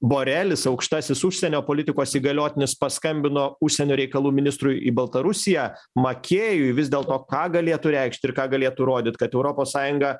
borelis aukštasis užsienio politikos įgaliotinis paskambino užsienio reikalų ministrui į baltarusiją makėjui vis dėl to ką galėtų reikšt ir ką galėtų rodyt kad europos sąjunga